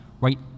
right